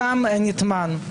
גם נטמן.